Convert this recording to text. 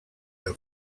have